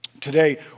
today